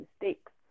mistakes